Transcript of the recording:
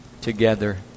together